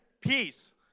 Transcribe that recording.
peace